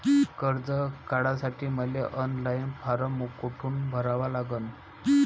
कर्ज काढासाठी मले ऑनलाईन फारम कोठून भरावा लागन?